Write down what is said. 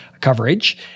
Coverage